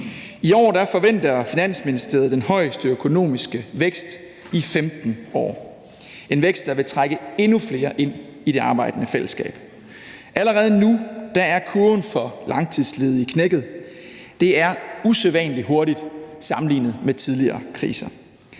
I år forventer Finansministeriet den højeste økonomiske vækst i 15 år – en vækst, der vil trække endnu flere ind i det arbejdende fællesskab. Allerede nu er kurven for langtidsledige knækket. Det er usædvanlig hurtigt sammenlignet med tidligere kriser.